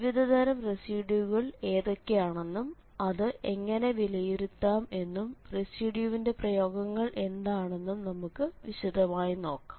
വിവിധതരം റെസിഡ്യൂകൾ ഏതൊക്കെയാണെന്നും അത് എങ്ങനെ വിലയിരുത്താം എന്നും റെസിഡ്യൂവിന്റെ പ്രയോഗങ്ങൾ എന്താണെന്നും നമുക്ക് വിശദമായി നോക്കാം